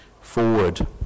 forward